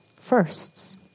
firsts